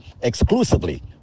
exclusively